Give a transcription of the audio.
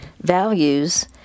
values